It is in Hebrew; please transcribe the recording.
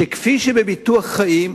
שכפי שבביטוח חיים,